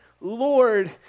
Lord